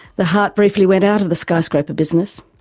the heart briefly went out of the skyscraper business.